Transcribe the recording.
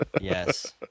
Yes